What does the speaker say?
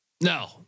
No